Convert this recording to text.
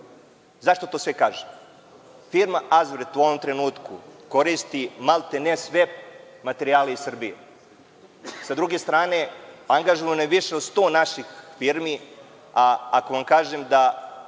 Zašto to sve kažem? Firma „Azbrit“ u ovom trenutku koristi maltene sve materijale iz Srbije. Sa druge strane, angažovano je više od 100 naših firmi, a ako vam kažem da